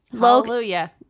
Hallelujah